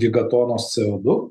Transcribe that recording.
gigatonos co du